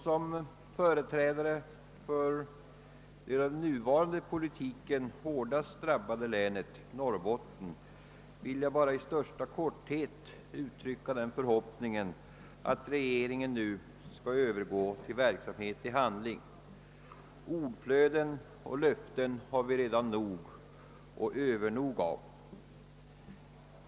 Som företrädare för det av den nuvarande politiken hårdast drabbade länet, Norrbottens län, vill jag bara i största korthet uttrycka förhoppningen att regeringen nu skall övergå till handling. Ordflöden och löften har vi redan övernog av.